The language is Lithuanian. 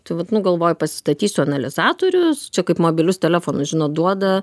tai vat nu galvoju pasistatysiu analizatorius čia kaip mobilius telefonus žinot duoda